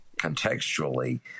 contextually